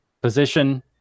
position